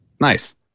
Nice